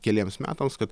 keliems metams kad